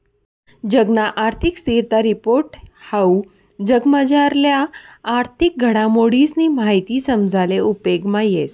जगना आर्थिक स्थिरता रिपोर्ट हाऊ जगमझारल्या आर्थिक घडामोडीसनी माहिती समजाले उपेगमा येस